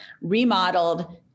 remodeled